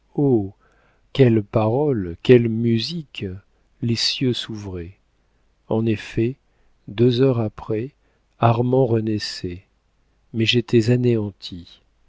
quelle parole quelle musique les cieux s'ouvraient en effet deux heures après armand renaissait mais j'étais anéantie